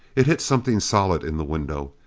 it hit something solid in the window.